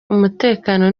umutekano